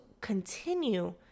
continue